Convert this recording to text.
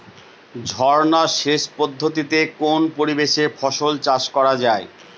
ঝর্না সেচ পদ্ধতিতে কোন পরিবেশে ফসল চাষ করা যায়?